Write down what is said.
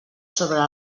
sobre